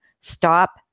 stop